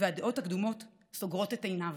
והדעות הקדומות סוגרות את עיניו.